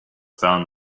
found